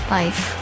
life